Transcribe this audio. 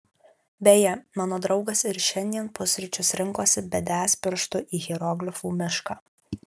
beje mano draugas ir šiandien pusryčius rinkosi bedęs pirštu į hieroglifų mišką